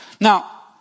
Now